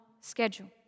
schedule